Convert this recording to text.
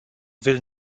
will